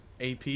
AP